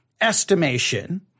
estimation—